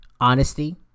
honesty